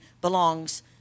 belongs